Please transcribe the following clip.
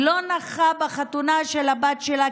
היא לא נכחה בחתונה של הבת שלה,